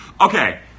Okay